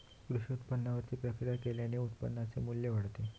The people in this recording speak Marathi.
कृषी उत्पादनावर प्रक्रिया केल्याने उत्पादनाचे मू्ल्य वाढते